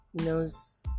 knows